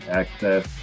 access